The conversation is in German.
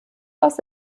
los